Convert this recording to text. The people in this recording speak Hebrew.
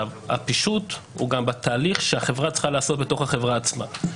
הפישוט הוא גם בתהליך שהחברה צריכה לעשות בתוך החברה עצמה.